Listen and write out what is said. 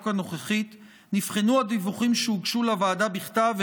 הנוכחית נבחנו הדיווחים שהוגשו לוועדה בכתב,